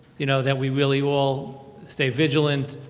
you know, that we really all stay vigilant,